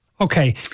Okay